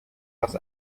was